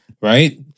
Right